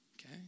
Okay